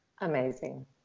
Amazing